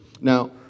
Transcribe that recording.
Now